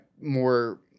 more